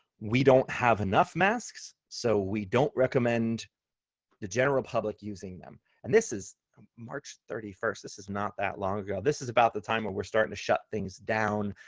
we don't have enough masks, so we don't recommend the general public using them. and this is march thirty first. this is not that long ago. this is about the time when we're starting to shut things down.